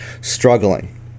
struggling